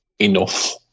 Enough